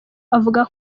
avuga